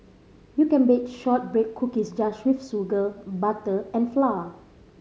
you can bake shortbread cookies just with sugar butter and flour